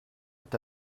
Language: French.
est